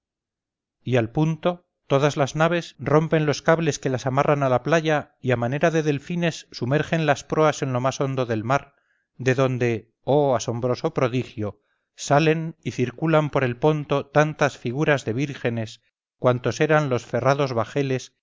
y al punto todas las naves rompen los cables que las amarran a la playa y a manera de delfines sumergen las proas en lo más hondo del mar de donde oh asombroso prodigio salen y circulan por el ponto tantas figuras de vírgenes cuantos eran los ferrados